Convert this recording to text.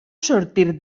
sortir